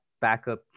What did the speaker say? backup